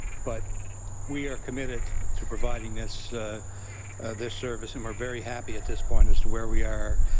but we are committed to providing this this service and we're very happy at this point as to where we are,